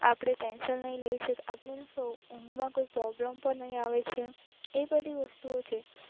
આપણે ટેન્શન નહીં લઈ શકતા આપણને ઊંઘમાં કોઈ પ્રોબ્લેમ પણ નહીં આવે છે એ બધી વસ્તુઓ છે